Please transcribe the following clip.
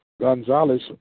Gonzalez